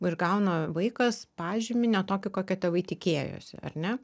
ir gauna vaikas pažymį ne tokį kokio tėvai tikėjosi ar ne